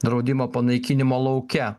draudimo panaikinimo lauke